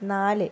നാല്